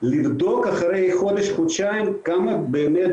לבדוק והוא אחרי חודש-חודשיים כמה באמת